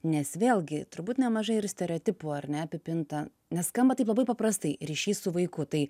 nes vėlgi turbūt nemažai ir stereotipų ar ne apipinta nes skamba taip labai paprastai ryšys su vaiku tai